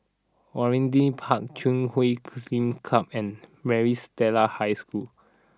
Waringin Park Chui Huay Club and Maris Stella High School